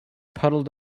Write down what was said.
puddle